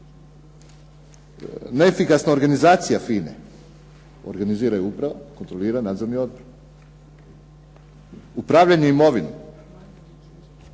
Neefikasna organizacija FINA-e, organizira ju uprava kontrolira nadzorni odbor. Upravljanje imovinom.